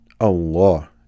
Allah